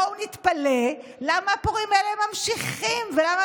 בואו נתפלא למה הפורעים האלה ממשיכים ולמה